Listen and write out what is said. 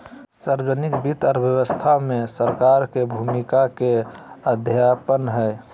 सार्वजनिक वित्त अर्थव्यवस्था में सरकार के भूमिका के अध्ययन हइ